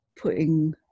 putting